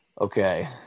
okay